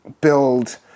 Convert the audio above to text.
build